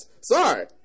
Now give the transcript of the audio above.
Sorry